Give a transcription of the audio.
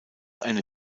eine